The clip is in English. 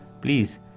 please